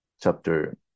chapter